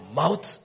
mouth